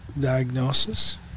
diagnosis